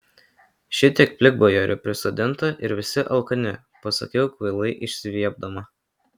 šitiek plikbajorių prisodinta ir visi alkani pasakiau kvailai išsiviepdama